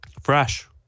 Fresh